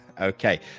okay